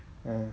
um